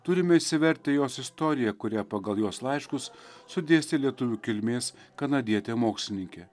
turime išsivertę jos istoriją kurią pagal jos laiškus sudėstė lietuvių kilmės kanadietė mokslininkė